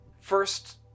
First